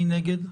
מי נגד?